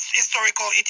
historical